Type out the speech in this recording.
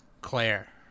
Claire